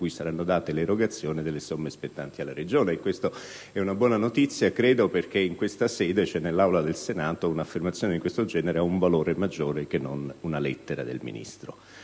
cui saranno erogate le somme spettanti alla Regione. Questa è una buona notizia perché in questa sede, cioè nell'Aula del Senato, un'affermazione di questo genere ha un valore maggiore che non una lettera del Ministro.